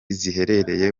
ziherereye